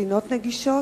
ספינות נגישות?